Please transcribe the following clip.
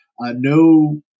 No